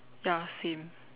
ya same